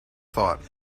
thought